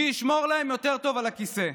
מי ישמור להם יותר טוב על הכיסא,